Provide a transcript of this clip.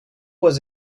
was